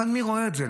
אבל מי רואה את זה?